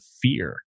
fear